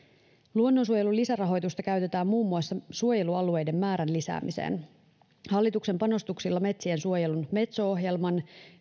luonnonsuojelun lisärahoitusta käytetään muun muassa suojelualueiden määrän lisäämiseen hallituksen panostuksilla metsiensuojelun metso ohjelman